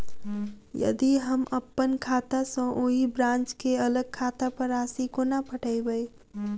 यदि हम अप्पन खाता सँ ओही ब्रांच केँ अलग खाता पर राशि कोना पठेबै?